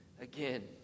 again